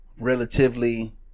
relatively